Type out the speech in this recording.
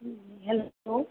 hello